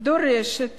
הדורשת